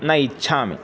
न इच्छामि